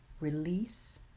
Release